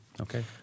Okay